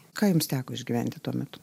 ką jums teko išgyventi tuo metu